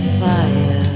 fire